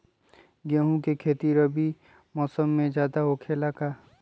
गेंहू के खेती रबी मौसम में ज्यादा होखेला का?